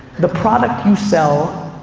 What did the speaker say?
the product you sell,